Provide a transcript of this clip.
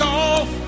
off